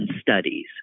Studies